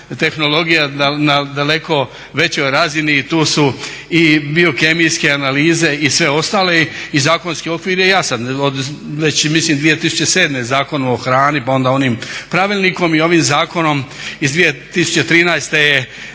tehnologija na daleko većoj razini i tu su i biokemijske analize i sve ostale i zakonski okvir je jasan. Već i mislim 2007. Zakon o hrani pa onda onim pravilnikom i ovim zakonom iz 2013. je